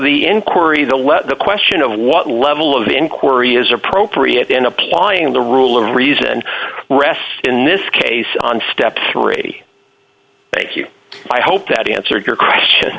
let the question of what level of inquiry is appropriate in applying the rule of reason rests in this case on step three thank you i hope that answers your question